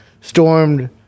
stormed